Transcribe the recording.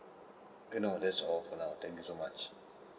no that's all for now thank you so much